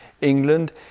England